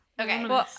Okay